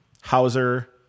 hauser